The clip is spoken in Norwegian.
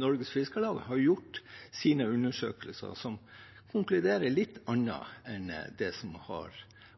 Norges Fiskarlag har gjort sine undersøkelser som konkluderer litt annerledes enn det som har